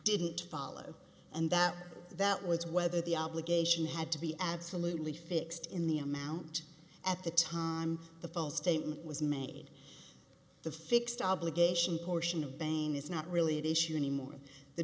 didn't follow and that that was whether the obligation had to be absolutely fixed in the amount at the time the false statement was made the fixed obligation portion of banking is not really the issue anymore the